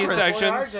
sections